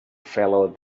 fellow